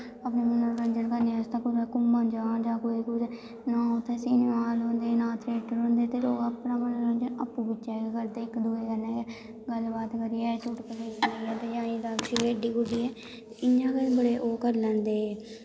अपना मनोरंजन करने आस्तै कुदै घूमन जान जां कुदै नां उत्थें सिनेमा हाल होंदा नां थियेटर होंदे ते लोग अपना मनोरंजन अप्पू बिच्चें गै करदे इक दूए कन्नै गै गल्ल बात करियै चुटकले सनाइयै ते जां खेढी खूढियै इ'यां गै ओह् बड़े करी लैंदे